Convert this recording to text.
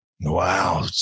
Wow